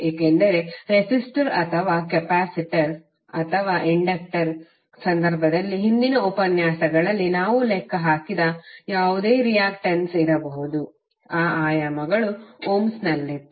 ಏಕೆಂದರೆ ರೆಸಿಸ್ಟರ್ ಅಥವಾ ಕೆಪಾಸಿಟರ್ ಅಥವಾ ಇಂಡಕ್ಟರ್ ಸಂದರ್ಭದಲ್ಲಿ ಹಿಂದಿನ ಉಪನ್ಯಾಸಗಳಲ್ಲಿ ನಾವು ಲೆಕ್ಕಹಾಕಿದ ಯಾವುದೇ ರಿಯಾಕ್ಟೆನ್ಸ್ ಇರಬಹುದು ಆ ಆಯಾಮಗಳು ಓಮ್ಸ್ನಲ್ಲಿತ್ತು